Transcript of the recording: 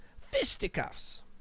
Fisticuffs